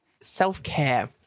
self-care